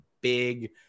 big